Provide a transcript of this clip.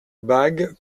bague